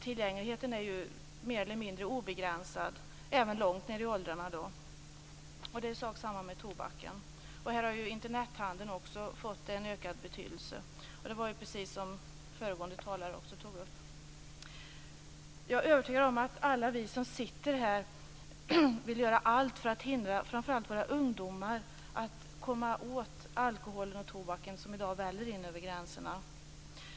Tillgängligheten är mer eller mindre obegränsad, även långt ned i åldrarna. Det är samma sak med tobaken. Här har också Internethandeln fått ökad betydelse, precis som föregående talare tog upp. Jag är övertygad om att alla vi som sitter här vill göra allt för att hindra framför allt våra ungdomar från att komma åt den alkohol och tobak som i dag väller in över gränserna.